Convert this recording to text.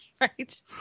right